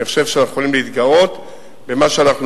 אני חושב שאנחנו יכולים להתגאות במה שאנחנו